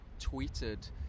tweeted